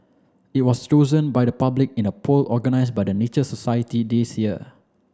it was chosen by the public in a poll organised by the Nature Society this year